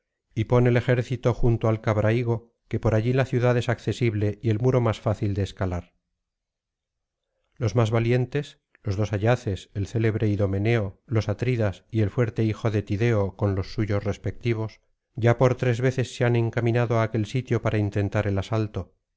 y pon el ejército junto al cabrahigo que por allí la ciudad es accesible y el muro más fácil de escalar los más valientes los dos ayaces el célebre idomeneo los atridas y el fuerte hijo de tideo con los suyos respectivos ya por tres veces se han encaminado á aquel sitio para intentar el asalto